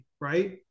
Right